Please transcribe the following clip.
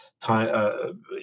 time